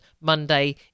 Monday